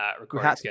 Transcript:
recording